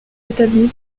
établies